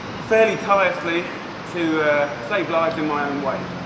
fairly tirelessly to save lives in my own way.